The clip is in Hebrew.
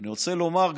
אני רוצה גם לומר,